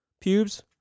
Pubes